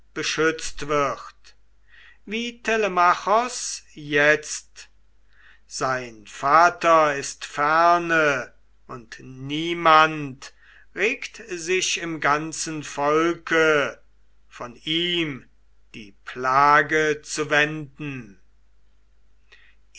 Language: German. beschützt wird wie telemachos jetzt sein vater ist ferne und niemand regt sich im ganzen volke von ihm die plage zu wenden